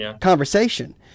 conversation